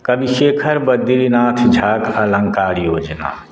कवि शेखर बद्रीनाथ झाक अलङ्कार योजना